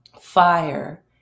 fire